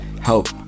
help